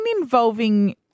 involving